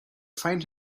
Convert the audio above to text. find